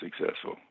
successful